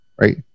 right